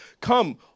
Come